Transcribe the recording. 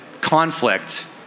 conflict